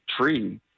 tree